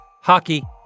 Hockey